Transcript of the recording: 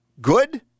good